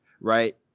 Right